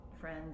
friends